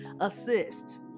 assist